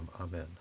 amen